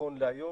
נכון להיות,